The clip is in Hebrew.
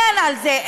בלי להתחנן על זה.